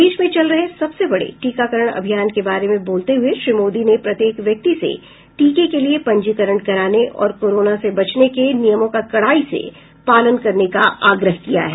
देश में चल रहे सबसे बड़े टीकाकरण अभियान के बारे में बोलते हुए श्री मोदी ने प्रत्येक व्यक्ति से टीके के लिए पंजीकरण कराने और कोरोना से बचने के नियमों का कड़ाई से पालन करने का आग्रह किया है